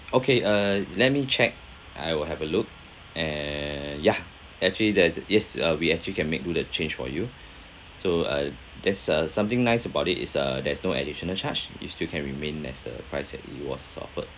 okay uh let me check I will have a look and yeah actually that is yes uh we actually can make do the change for you so uh there's uh something nice about it is uh there's no additional charge you still can remain as a price that you was offered